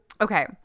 okay